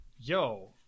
yo